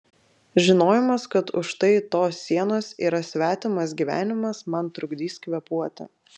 žinojimas kad už štai tos sienos yra svetimas gyvenimas man trukdys kvėpuoti